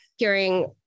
Hearing